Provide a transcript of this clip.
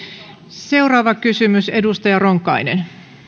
seuraava kysymys edustaja ronkainen